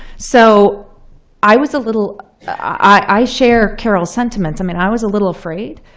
so i was a little i share carol's sentiments. i mean i was a little afraid.